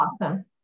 awesome